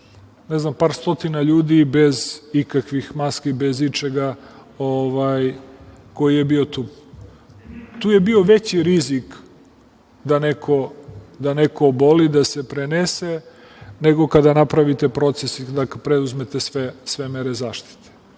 par stotina ljudi bez ikakvih maski, bez ičega, koji je bio tu. Tu je bio veći rizik da neko oboli, da se prenese, nego kada napravite proces i preuzmete sve mere zaštite.